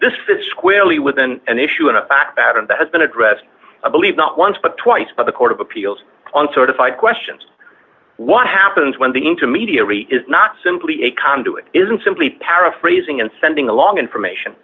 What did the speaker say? this fits squarely within an issue and a pattern that has been addressed i believe not once but twice by the court of appeals on certified questions what happens when the intermediary is not simply a conduit isn't simply paraphrasing and sending along information